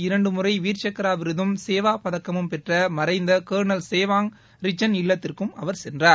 இரண்டுமுறைவீர்சக்ராவிருதும் சேவாபதக்கமும் பெற்றமறைந்தகர்னல் சேவாங் ரிச்சன் இல்லத்திற்குசென்றார்